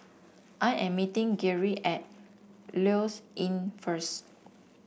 I am meeting Geary at Lloyds Inn first